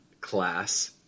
class